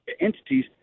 entities